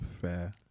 Fair